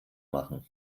machen